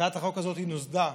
הצעת החוק הזאת נולדה